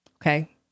okay